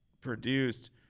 produced –